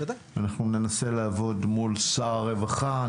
אנחנו ננסה לעבוד מול שר הרווחה.